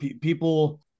people